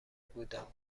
بودم